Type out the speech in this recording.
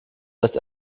dass